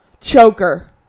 choker